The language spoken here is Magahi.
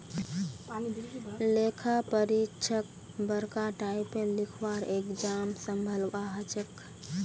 लेखा परीक्षकक बरका टाइपेर लिखवार एग्जाम संभलवा हछेक